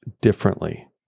differently